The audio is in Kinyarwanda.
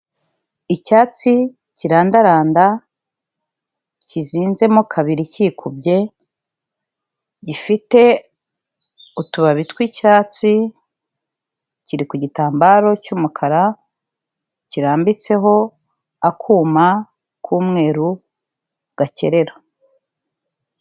Icyatsi kirandaranda kizinzemo kabiri cyikubye, gifite utubabi twicyatsi, kiri ku gitambaro cy'umukara kirambitseho akuma k'umweru gakerera.